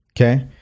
Okay